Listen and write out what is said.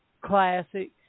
classics